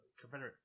Confederate